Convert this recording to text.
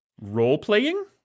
Role-playing